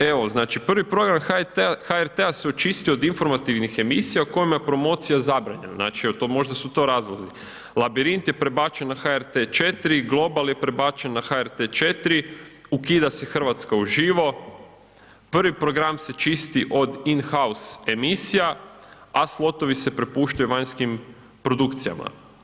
Evo znači prvi program HRT-a se očistio od informativnih emisija u kojima je promocija zabranjena, znači evo to, možda su to razlozi, Labirint je prebačen na HRT 4, Global je prebačen na HRT 4, ukida se Hrvatska uživo, prvi program se čisti od in house emisija, a slotovi se prepuštaju vanjskim produkcijama.